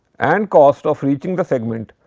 and cost of reaching the segment,